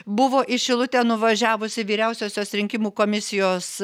buvo į šilutę nuvažiavusi vyriausiosios rinkimų komisijos